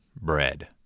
bread